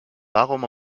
warum